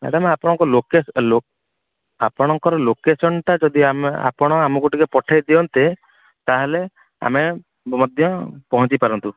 madam ଆପଣଙ୍କ ଆପଣଙ୍କର ଲୋକେସନଟା ଯଦି ଆମେ ଆପଣ ଆମକୁ ଟିକେ ପଠାଇ ଦିଅନ୍ତେ ତା'ହେଲେ ଆମେ ମଧ୍ୟ ପହଞ୍ଚି ପାରନ୍ତୁ